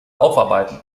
aufarbeiten